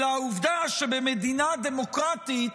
אלא העובדה שבמדינה דמוקרטית,